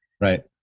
Right